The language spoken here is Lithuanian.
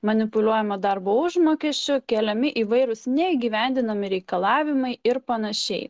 manipuliuojama darbo užmokesčiu keliami įvairūs neįgyvendinami reikalavimai ir panašiai